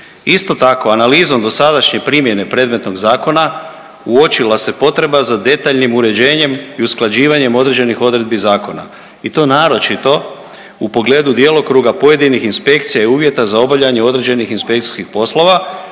Isto tako, analizom dosadašnje primjene predmetnog zakona uočila se potreba za detaljnim uređenjem i usklađivanjem određenih odredbi zakona i to naročito u pogledu djelokruga pojedinih inspekcija i uvjeta za obavljanje određenih inspekcijskih poslova,